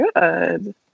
Good